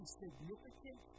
significant